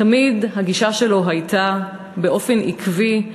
תמיד הגישה שלו הייתה, באופן עקבי,